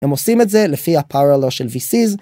הם עושים את זה לפי ה-parallel של v-seize